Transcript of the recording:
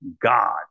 God